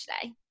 today